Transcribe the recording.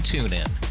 TuneIn